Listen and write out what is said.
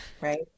right